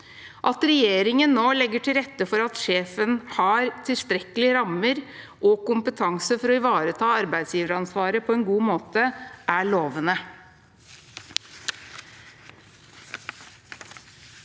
At regjeringen nå legger til rette for at sjefen har tilstrekkelige rammer og kompetanse for å ivareta arbeidsgiveransvaret på en god måte, er lovende.